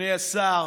אדוני השר,